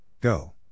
Go